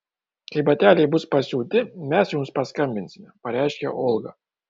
kai bateliai bus pasiūti mes jums paskambinsime pareiškė olga